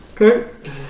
Okay